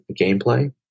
gameplay